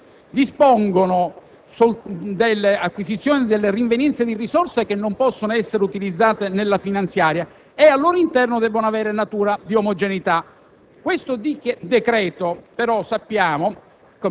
è previsto che i provvedimenti collegati dispongono dell'acquisizione delle rinvenienze di risorse che non possono essere utilizzate nella finanziaria e, al loro interno, devono avere natura di omogeneità.